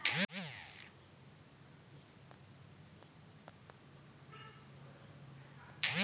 तकर बाद अपन मोबाइल नंबर दियौ आ नंबर पर आएल ओ.टी.पी सँ प्रमाणित करु